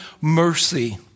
mercy